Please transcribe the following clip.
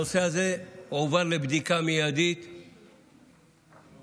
הנושא הזה הועבר לבדיקה מיידית ולחקירה.